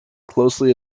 closely